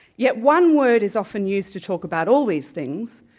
yet one word is often used to talk about all these things,